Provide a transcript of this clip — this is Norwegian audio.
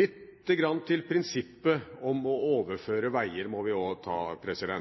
Litt om prinsippet om å overføre veger må vi også ta.